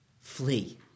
flee